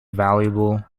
valuable